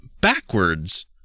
backwards